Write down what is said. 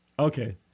Okay